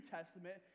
Testament